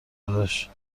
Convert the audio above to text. داداشی